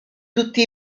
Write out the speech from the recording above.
tutti